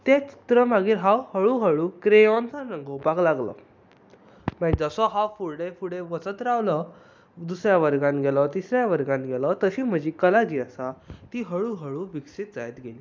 तें चीत्र मागीर हांव हळू हळू क्रॅयोन्सान रंगोवपाक लागलो जसो हांव फुडें फुडें वचत रावलों दुसऱ्या वर्गांत गेलो तिसऱ्या वर्गांत गेलो तशी म्हजी कला जी आसा ती हळू हळू जायत गेली